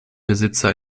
besitzer